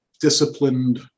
disciplined